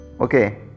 okay